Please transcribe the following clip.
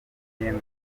mirenge